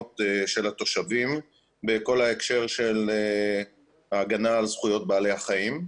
של התושבים בכל ההקשר של ההגנה על זכויות בעלי החיים.